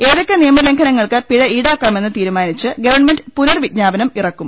ഏതൊക്കെ നിയമലംഘനങ്ങൾക്ക് പിഴ ഈടാക്കാമെന്ന് തീരുമാനിച്ച് ഗവൺമെന്റ് പുനർ വിജ്ഞാപ്പനം ഇറക്കും